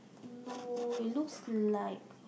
no it looks like